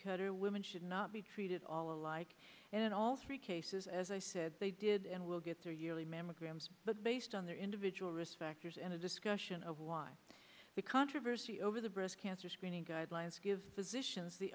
cutter women should not be treated all alike in all three cases as i said they did and will get their yearly mammograms but based on their individual risk factors and a discussion of why the controversy over the breast cancer screening guidelines give physicians the